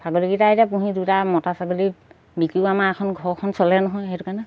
ছাগলীকেইটা এতিয়া পুহি দুটা মতা ছাগলী বিকিও আমাৰ এখন ঘৰখন চলে নহয় সেইটো কাৰণে